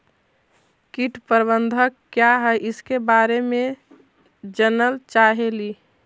कीट प्रबनदक क्या है ईसके बारे मे जनल चाहेली?